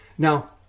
Now